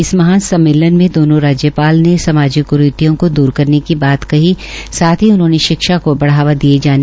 इस महासम्मेलन में दोनों राज्यपाल ने सामाजिक क्रीतियों को दूर करेन की बात की साथ ही उन्होंने शिक्षा को बढ़ावा दिए जाने की भी बात कही